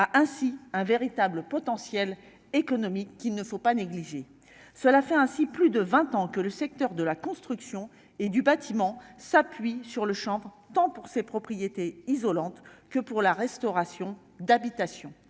a ainsi un véritable potentiel économique qu'il ne faut pas négliger cela fait ainsi plus de 20 ans que le secteur de la construction et du bâtiment s'appuie sur le chambre tant pour ses propriétés isolantes que pour la restauration d'habitation,